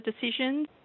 decisions